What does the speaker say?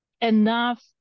enough